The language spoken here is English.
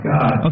God